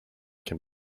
can